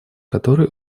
которые